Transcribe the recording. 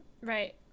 right